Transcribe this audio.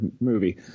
movie